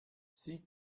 sie